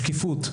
שקיפות.